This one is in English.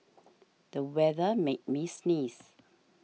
the weather made me sneeze